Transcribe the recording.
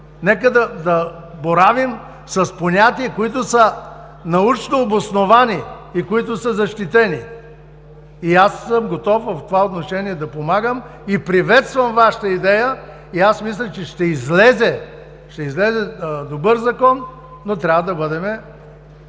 Нека да боравим с понятия, които са научно обосновани и които са защитени. Готов съм в това отношение да помагам и приветствам Вашата идея. Мисля, че ще излезе добър закон, но трябва да бъдем